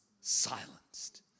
silenced